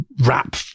wrap